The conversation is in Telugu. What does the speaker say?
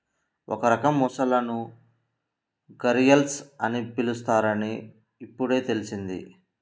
ఒక రకం మొసళ్ళను ఘరియల్స్ అని పిలుస్తారని ఇప్పుడే తెల్సింది